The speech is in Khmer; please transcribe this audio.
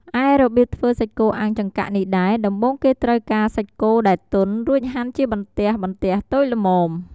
ឯរបៀបធ្វើសាច់់គោអាំងចង្កាក់នេះដែរ ដំបូងគេត្រូវការសាច់គោដែលទន់ រួចហាន់ជាបន្ទះៗតូចល្មម។